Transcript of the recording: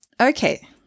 Okay